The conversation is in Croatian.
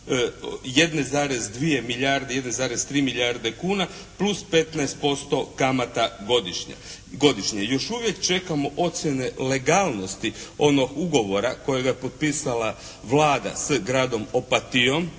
1,2 milijarde, 1,3 milijarde kuna plus 15% kamata godišnje. Još uvijek čekamo ocjene legalnosti onog ugovora kojega je potpisala Vlada s gradom Opatijom